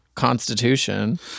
constitution